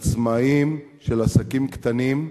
עצמאים של עסקים קטנים,